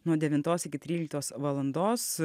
nuo devintos iki tryliktos valandos